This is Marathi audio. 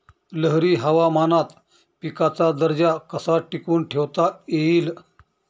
लहरी हवामानात पिकाचा दर्जा कसा टिकवून ठेवता येईल?